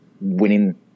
winning